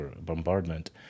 bombardment